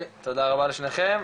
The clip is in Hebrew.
תודה רבה לשניכם.